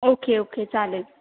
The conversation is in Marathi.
ओके ओके चालेल